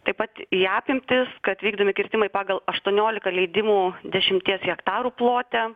taip pat į apimtis kad vykdomi kirtimai pagal aštuoniolika leidimų dešimties hektarų plote